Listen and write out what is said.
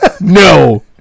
No